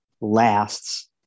lasts